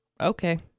Okay